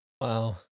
Wow